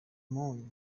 moon